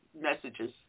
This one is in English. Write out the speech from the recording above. messages